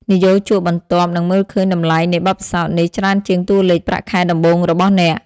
និយោជកបន្ទាប់នឹងមើលឃើញតម្លៃនៃបទពិសោធន៍នេះច្រើនជាងតួលេខប្រាក់ខែដំបូងរបស់អ្នក។